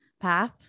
path